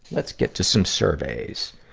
let's get to some surveys.